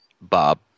Bob